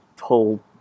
whole